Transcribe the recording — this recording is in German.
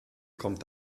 kommt